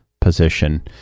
position